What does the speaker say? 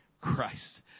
Christ